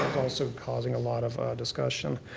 also causing a lot of discussion.